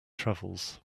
travels